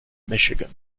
michigan